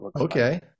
Okay